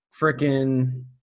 Frickin